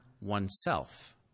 oneself